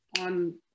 on